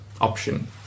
option